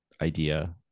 idea